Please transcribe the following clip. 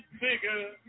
bigger